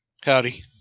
Howdy